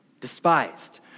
despised